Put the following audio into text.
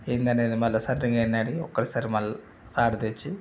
ఏంది అనేది మళ్ళా సెంటరింగ్ ఆయన్ని అడిగి ఒకసారి మళ్ళా తాడు తెచ్చి